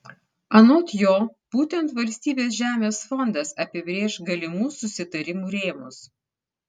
anot jo būtent valstybės žemės fondas apibrėš galimų susitarimų rėmus